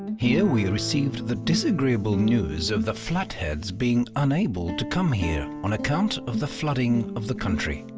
here we received the disagreeable news of the flat heads being unable to come here on account of the flooding of the country,